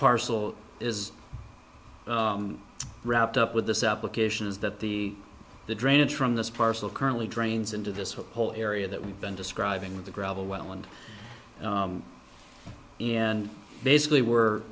parcel is wrapped up with this application is that the the drainage from this parcel currently drains into this whole area that we've been describing with the gravel well and and basically we're